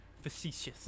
facetious